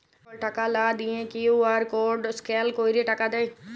যখল টাকা লা দিঁয়ে কিউ.আর কড স্ক্যাল ক্যইরে টাকা দেয়